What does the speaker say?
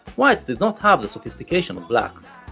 whites did not have the sophistication of blacks,